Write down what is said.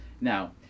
Now